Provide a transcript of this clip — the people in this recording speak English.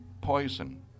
poison